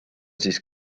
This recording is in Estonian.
siis